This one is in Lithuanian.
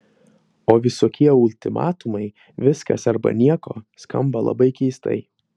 o visokie ultimatumai viskas arba nieko skamba labai keistai